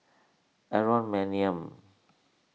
Aaron Maniam